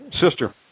Sister